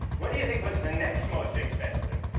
what do you think was the next most expensive?